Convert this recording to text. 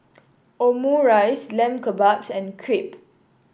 Omurice Lamb Kebabs and Crepe